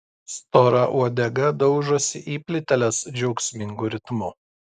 stora uodega daužosi į plyteles džiaugsmingu ritmu